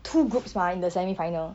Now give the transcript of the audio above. two groups mah in the semi final